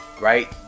Right